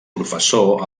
professor